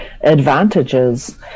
advantages